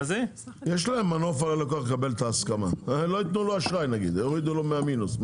הם לא ייתנו לו אשראי נגיד, יורידו לו מהמינוס.